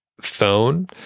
phone